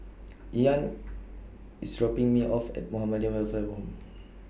Ian IS dropping Me off At Muhammadiyah Welfare Home